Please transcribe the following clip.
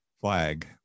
flag